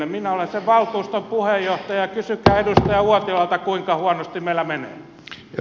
minä olen sen valtuuston puheenjohtaja ja kysykää edustaja uotilalta kuinka huonosti meillä menee